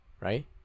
right